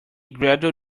gradual